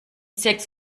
sechs